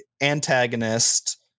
antagonist